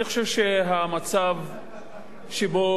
אני חושב שהמצב שבו